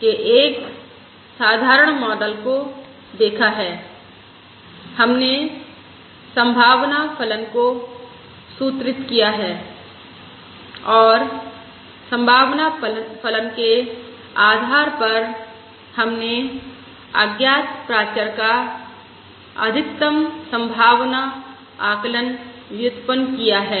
के एक साधारण मॉडल को देखा है हमने संभावना फलन को सूत्रित किया है और संभावना फलन के आधार पर हमने अज्ञात प्राचर का अधिकतम संभावना आकलन व्युतपन किया है